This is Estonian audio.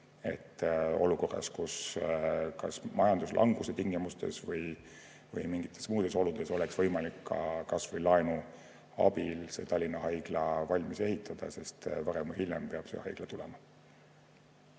projekteerimise, et kas majanduslanguse tingimustes või mingites muudes oludes oleks võimalik kas või laenu abil Tallinna Haigla valmis ehitada, sest varem või hiljem peab see haigla tulema.